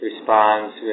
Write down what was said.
responds